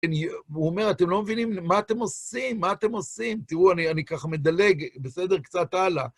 הוא אומר, אתם לא מבינים מה אתם עושים, מה אתם עושים? תראו, אני ככה מדלג בסדר קצת הלאה.